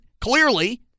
clearly